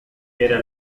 era